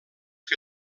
que